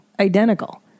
identical